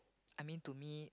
I mean to me